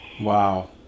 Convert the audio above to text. wow